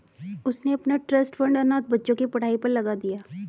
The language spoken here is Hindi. उसने अपना ट्रस्ट फंड अनाथ बच्चों की पढ़ाई पर लगा दिया